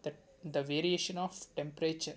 that the variation of temperature